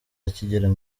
akigera